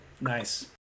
Nice